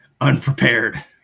unprepared